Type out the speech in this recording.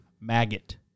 Maggot